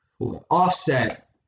offset